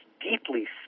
deeply